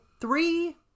three